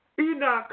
Enoch